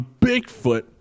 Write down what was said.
Bigfoot